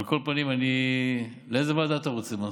על כל פנים, מנסור, איזו ועדה אתה רוצה?